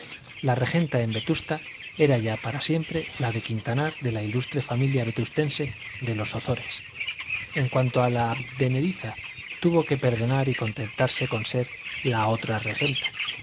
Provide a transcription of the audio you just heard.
la regenta en vetusta era ya para siempre la de quintanar de la ilustre familia vetustense de los ozores en cuanto a la advenediza tuvo que perdonar y contentarse con ser la otra regenta